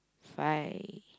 five